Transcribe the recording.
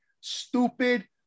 stupid